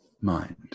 Mind